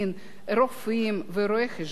רופאים ורואי-חשבון,